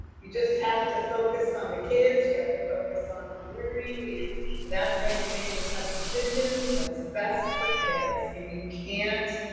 you just have to focus on the kids. you have to focus on learning. that's how you make the tough decisions, what's best for kids and you can't